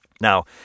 Now